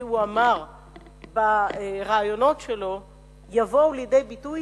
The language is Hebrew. שהוא אמר בראיונות שלו יבואו לידי ביטוי